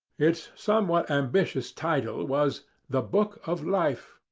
its somewhat ambitious title was the book of life,